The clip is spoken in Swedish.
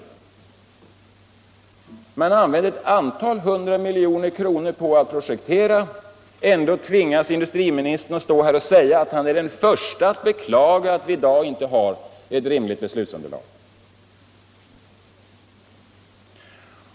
Trots att man använt ett antal hundra miljoner kronor på att projektera tvingas industriministern stå här och säga att han är den förste att beklaga att vi i dag inte har ett rimligt beslutsunderlag.